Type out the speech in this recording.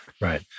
Right